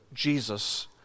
Jesus